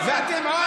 על מה אתה מדבר?